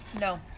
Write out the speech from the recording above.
No